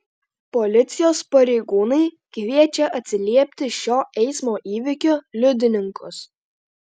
policijos pareigūnai kviečia atsiliepti šio eismo įvykio liudininkus